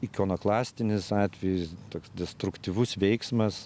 ikonoklastinis atvejis toks destruktyvus veiksmas